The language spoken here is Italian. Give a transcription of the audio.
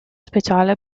speciale